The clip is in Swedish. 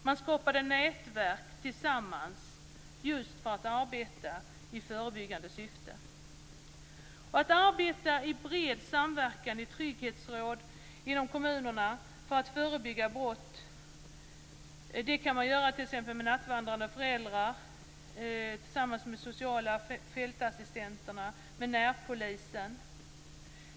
Man skapade nätverk tillsammans, just för att arbeta i förebyggande syfte. Man kan arbeta i bred samverkan i trygghetsråd inom kommunerna för att förebygga brott, t.ex. med nattvandrande föräldrar, med sociala fältassistenter och med närpolisen.